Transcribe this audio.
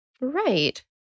Right